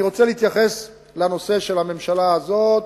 אני רוצה להתייחס לנושא הממשלה הזאת.